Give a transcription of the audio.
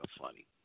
funny